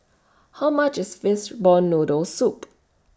How much IS Fishball Noodle Soup